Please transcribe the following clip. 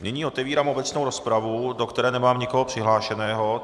Nyní otevírám obecnou rozpravu, do které nemám nikoho přihlášeného.